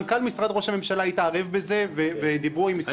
מנכ"ל משרד ראש הממשלה התערב בזה ודיברו עם משרד החינוך והאוצר.